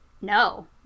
no